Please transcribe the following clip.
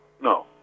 No